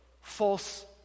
false